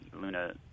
Luna